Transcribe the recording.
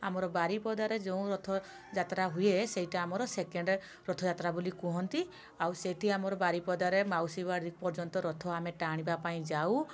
ଆମର ବାରିପଦାରେ ଯଉଁ ରଥ ଯାତ୍ରା ହୁଏ ସେଟା ଆମର ସେକେଣ୍ଡ୍ ରଥଯାତ୍ରା ବୋଲି କୁହନ୍ତି ଆଉ ସେଠି ଆମର ବାରପଦାରେ ମାଉସୀ ବାରି ପର୍ଯ୍ୟନ୍ତ ଆମେ ରଥ ଟାଣିବାପାଇଁ ଯାଉ